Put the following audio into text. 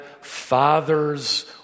father's